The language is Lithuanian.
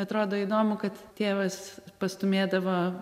atrodo įdomu kad tėvas pastūmėdavo